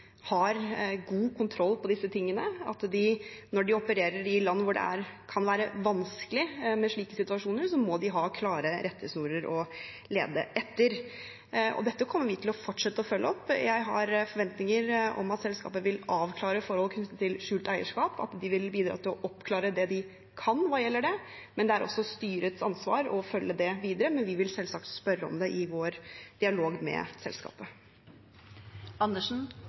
har god kontroll på disse tingene, at de, når de opererer i land hvor det kan være vanskelig med slike situasjoner, må ha klare rettesnorer å lede etter. Og dette kommer vi til å fortsette å følge opp. Jeg har forventninger om at selskapet vil avklare forhold knyttet til skjult eierskap, at de vil bidra til å oppklare det de kan, hva gjelder det. Det er også styrets ansvar å følge det videre, men vi vil selvsagt spørre om det i vår dialog med